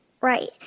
Right